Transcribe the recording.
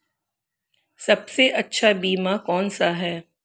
सबसे अच्छा बीमा कौन सा है?